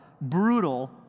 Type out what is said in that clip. brutal